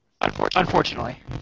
Unfortunately